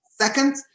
Second